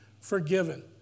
forgiven